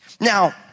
Now